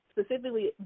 specifically